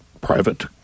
private